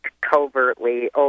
covertly